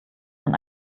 man